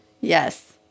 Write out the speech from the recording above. yes